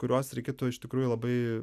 kuriuos reikėtų iš tikrųjų labai